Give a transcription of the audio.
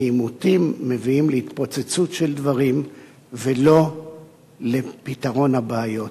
כי עימותים מביאים להתפוצצות של דברים ולא לפתרון הבעיות.